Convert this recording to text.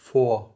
Four